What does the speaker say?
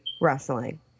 wrestling